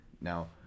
now